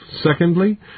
secondly